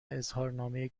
اظهارنامه